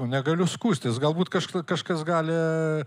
negaliu skųstis galbūt kašk kažkas gali